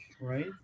right